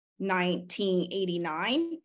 1989